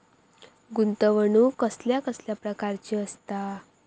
गुंतवणूक कसल्या कसल्या प्रकाराची असता?